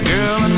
Girl